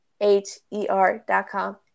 h-e-r.com